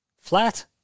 Flat